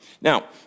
Now